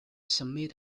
summit